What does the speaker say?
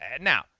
Now